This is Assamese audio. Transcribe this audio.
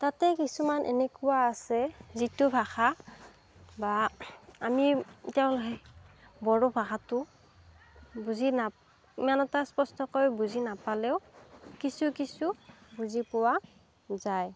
তাতে কিছুমান এনেকুৱা আছে যিটো ভাষা বা আমি তেওঁৰ সেই বড়ো ভাষাটো বুজি নাপ ইমান এটা স্পষ্টকৈ বুজি নাপালেও কিছু কিছু বুজি পোৱা যায়